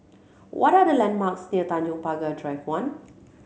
what are the landmarks near Tanjong Pagar Drive One